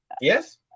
Yes